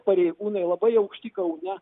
pareigūnai labai aukšti kaune